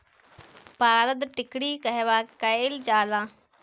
पारद टिक्णी कहवा कयील जाला?